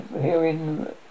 herein